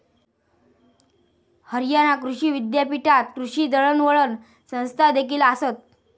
हरियाणा कृषी विद्यापीठात कृषी दळणवळण संस्थादेखील आसत